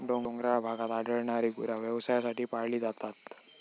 डोंगराळ भागात आढळणारी गुरा व्यवसायासाठी पाळली जातात